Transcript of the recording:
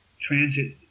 transit